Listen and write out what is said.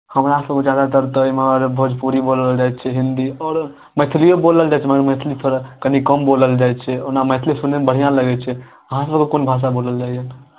हमरा सभकेँ ज्यादातर तऽ इमहर भोजपुरी बोलल जाइ छै हिन्दी आओर मैथिलिए बोलल जाइ छै मगर मैथिली थोड़ा कनि कम बोलल जाइ छै ओना मैथिली सुनैमे बढ़िआँ लगै छै अहाँसभकेँ कोन भाषा बोलल जाइए